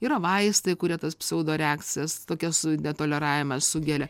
yra vaistai kurie tas pseudoreakcijas tokias netoleravimas sugelia